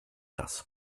das